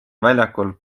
väljakul